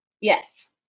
Yes